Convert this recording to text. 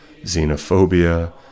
xenophobia